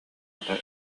хата